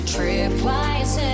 Tripwise